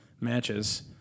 matches